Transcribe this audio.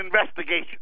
investigation